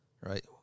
right